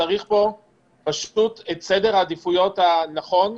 צריך לבחור את סדר העדיפויות הנכון.